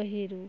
ବହିରୁ